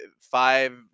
five